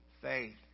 faith